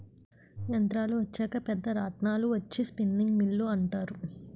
యంత్రాలు వచ్చాక పెద్ద రాట్నాలు వచ్చి స్పిన్నింగ్ మిల్లు అంటారు